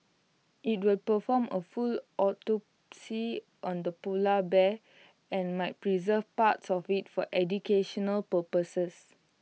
IT will perform A full autopsy on the polar bear and might preserve parts of IT for educational purposes